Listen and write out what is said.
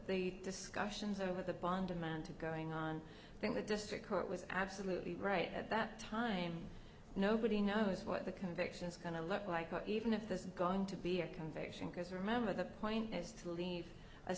the discussions over the bond amount to going on i think the district court was absolutely right at that time nobody knows what the conviction is going to look like even if there's going to be a conviction because remember the point is to leave a